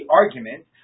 argument